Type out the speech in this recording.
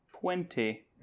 twenty